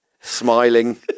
Smiling